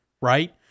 right